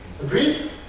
Agreed